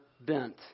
bent